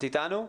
זאת לא כרמית.